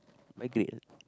migrate ah